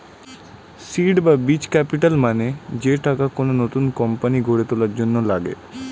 seed বা বীজ capital মানে যে টাকা কোন নতুন কোম্পানি গড়ে তোলার জন্য লাগে